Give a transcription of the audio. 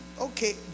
okay